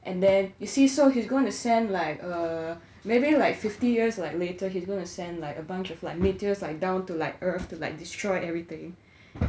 and then you see so he's going to send like err maybe like fifty years later he's gonna send like a bunch of like meteors like down to like earth to like destroy everything